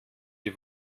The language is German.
die